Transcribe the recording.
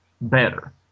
better